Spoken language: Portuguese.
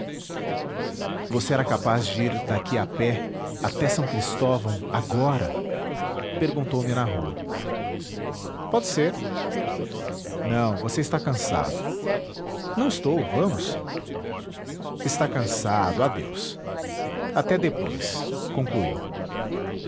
você era capaz de ir daqui a pé até s cristóvão agora perguntou-me na rua pode ser não você está cansado não estou vamos está cansado adeus até depois concluiu